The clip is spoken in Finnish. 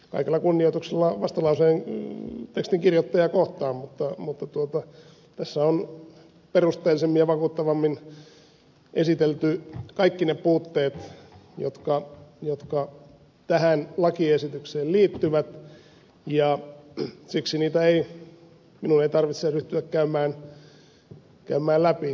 kaikella kunnioituksella vastalauseen tekstin kirjoittajaa kohtaan mutta tässä on perusteellisemmin ja vakuuttavammin esitelty kaikki ne puutteet jotka tähän lakiesitykseen liittyvät ja siksi niitä minun ei tarvitse ryhtyä käymään läpi